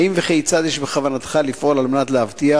האם וכיצד יש בכוונתך לפעול על מנת להבטיח